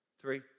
three